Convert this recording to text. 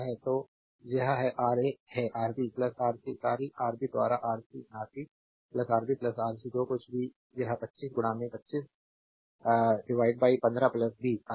तो यह है Ra है R B R C sorry R B द्वारा आर सी में आरबी आरबी आर सी जो कुछ भी यह 20 2515 20 आते हैं